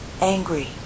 angry